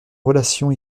relations